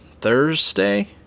Thursday